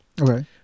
Okay